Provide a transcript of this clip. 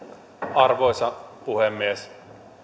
arvoisa puhemies